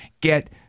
get